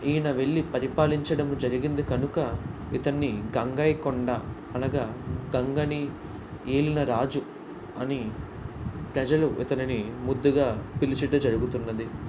ఈయన వెళ్ళి పరిపాలించడం జరిగింది కనుక ఇతన్ని గంగైకొండ అనగా గంగని ఏలిన రాజు అని ప్రజలు ఇతనిని ముద్దుగా పిలుచుట జరుగుతున్నది